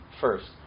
first